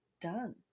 done